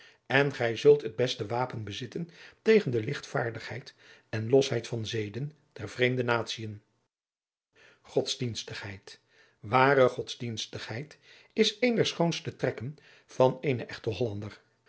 en gij zult het beste wapen bezitten tegen de lichtvaardigheid en losheid van zeden der vreemde natien godsdienstigheid ware godsdienstigheid is een der schoonste trekken van eenen echten hollander